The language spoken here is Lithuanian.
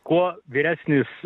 kuo vyresnis